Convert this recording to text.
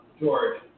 George